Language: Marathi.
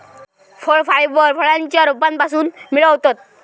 फळ फायबर फळांच्या रोपांपासून मिळवतत